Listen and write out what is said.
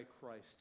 Christ